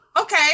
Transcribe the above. okay